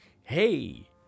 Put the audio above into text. hey